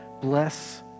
bless